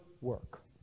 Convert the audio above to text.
work